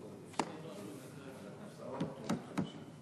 תודה, חברי חברי הכנסת, כבוד השר, אורחים נכבדים,